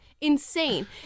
insane